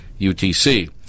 UTC